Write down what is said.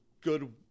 good